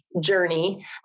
journey